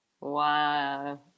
Wow